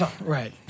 Right